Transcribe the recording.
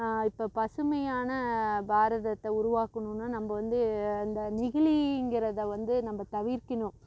இப்போ பசுமையான பாரதத்தை உருவாக்கணுன்னா நம்ப வந்து அந்த நெகிழிங்கறதை வந்து நம்ப தவிர்க்கணும்